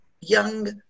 young